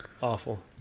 Awful